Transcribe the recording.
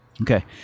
okay